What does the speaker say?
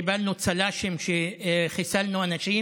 לא קיבלנו צל"שים שחיסלנו אנשים,